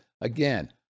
Again